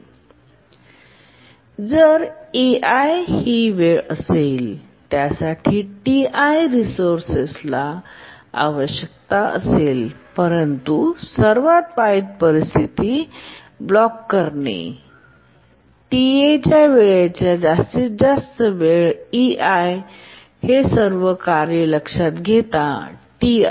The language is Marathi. जर ei ही वेळ असेल ज्यासाठी Ti ला रिसोर्सेस आवश्यकता असेल तर सर्वात वाईट परिस्थिती ब्लॉक करणे Ta च्या वेळेची जास्तीत जास्त वेळ सर्व कार्ये लक्षात घेता Ti